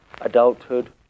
adulthood